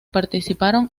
participaron